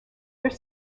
their